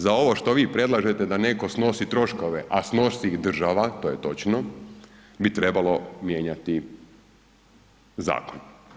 Za ovo što vi predlažete da netko snosi troškove a snosi ih država, to je točno bi trebalo mijenjati zakon.